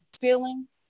feelings